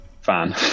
fan